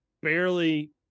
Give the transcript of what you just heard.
barely